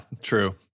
true